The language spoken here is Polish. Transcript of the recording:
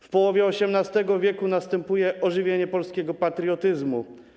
W połowie XVIII w. nastąpiło ożywienie polskiego patriotyzmu.